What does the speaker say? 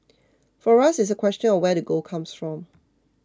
for us it's a question of where the gold comes from